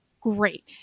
great